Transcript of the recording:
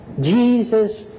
Jesus